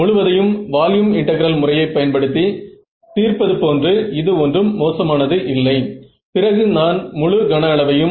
நீங்கள் இந்த முடிவுகளைப் பார்த்தால் என்ன முடிவிற்கு வருவீர்கள்